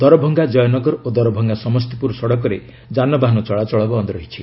ଦରଭଙ୍ଗା ଜୟନଗର ଓ ଦରଭଙ୍ଗା ସମସ୍ତିପୁର ସଡ଼କରେ ଯାନବାହନ ଚଳାଚଳ ବନ୍ଦ ରହିଛି